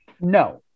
No